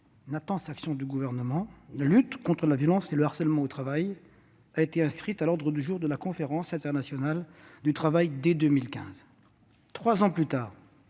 l'intense action du Gouvernement -, la lutte contre la violence et le harcèlement au travail a été inscrite à l'ordre du jour de la Conférence internationale du travail dès 2015. Trois ans plus tard,